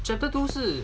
chapter two 是